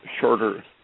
shorter